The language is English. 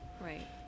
Right